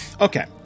Okay